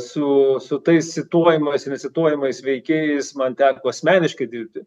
su su tais cituojamais ir necituojamais veikėjais man teko asmeniškai dirbti